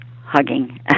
hugging